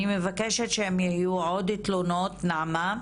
אני מבקשת שאם יהיו עוד תלונות, נעמה,